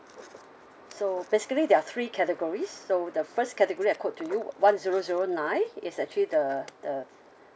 so basically there are three categories so the first category I quote to you one zero zero nine is actually the the